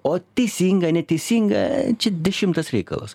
o teisinga neteisinga čia dešimtas reikalas